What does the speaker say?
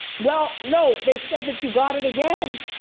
well, no, they said that you got it again.